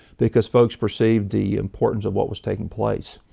because folks perceived the importance of what was taking place.